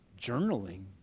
journaling